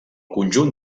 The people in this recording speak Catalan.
conjunt